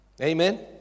Amen